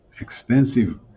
extensive